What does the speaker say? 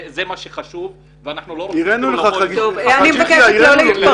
זה מה שחשוב ואנחנו לא רוצים --- הראנו לך --- אני מבקשת לא להתפרץ.